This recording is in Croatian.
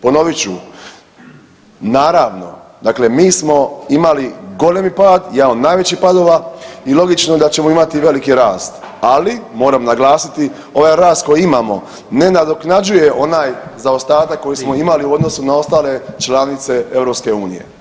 Ponovit ću, naravno dakle mi smo imali golemi pad, jedan od najvećih padova i logično da ćemo imati veliki rast, ali moram naglasiti ovaj rast koji imamo ne nadoknađuje onaj zaostatak koji smo imali u odnosu na ostale članice EU.